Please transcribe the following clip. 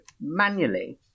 manually